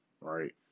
right